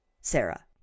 Sarah